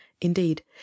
indeed